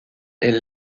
est